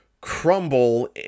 crumble